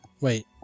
Wait